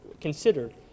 considered